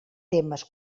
temes